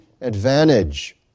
advantage